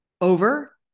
over